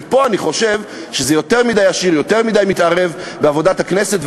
כי אני חושב שזה יותר מדי ישיר ויותר מדי מתערב בעבודת הכנסת.